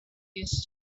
used